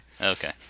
Okay